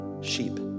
sheep